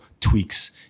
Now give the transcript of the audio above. tweaks